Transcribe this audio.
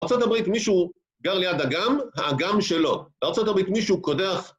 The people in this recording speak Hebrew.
ארה״ב מישהו גר ליד אגם- האגם שלו. בארה"ב מישהו קנה...